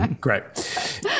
Great